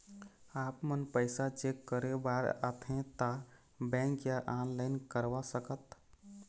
आपमन पैसा चेक करे बार आथे ता बैंक या ऑनलाइन करवा सकत?